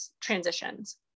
transitions